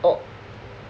orh